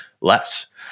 less